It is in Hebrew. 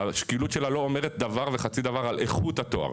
השקילות שלה לא אומדת דבר וחצי דבר על איכות התואר.